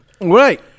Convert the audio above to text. Right